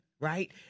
right